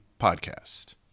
podcast